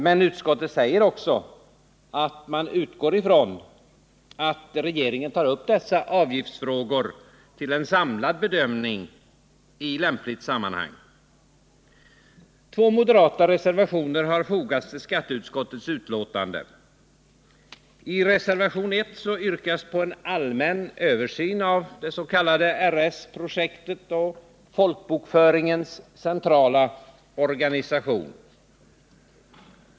Men utskottet säger också att man utgår från att regeringen tar upp dessa avgiftsfrågor till en samlad bedömning i lämpligt sammanhang. Två moderata reservationer har fogats till skatteutskottets betänkande. I reservationen 1 yrkas på en allmän översyn av det s.k. RS-projektet och folkbokföringens centrala organisation.